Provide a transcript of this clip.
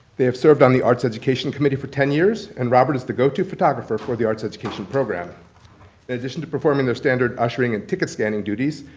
they have served on the arts education committee for ten years and robert is the go-to photographer for the arts education program. in addition to performing their standard ushering and ticket standing duties,